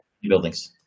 buildings